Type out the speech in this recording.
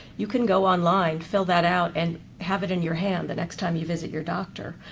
you can go online, fill that out, and have it in your hand the next time you visit your doctor.